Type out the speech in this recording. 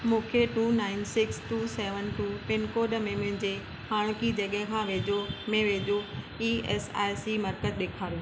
मूंखे two nine six two seven two pin code में मुंहिंजे हाणोकी जॻहि खां वेझो में वेझो ई ऐस आई सी मर्कज़ु ॾेखारियो